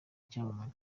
icyamamare